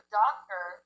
doctor